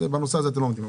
אז בנושא הזה אתם לא עומדים.